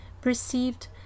perceived